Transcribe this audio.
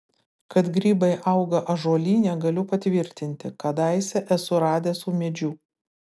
kad grybai auga ąžuolyne galiu patvirtinti kadaise esu radęs ūmėdžių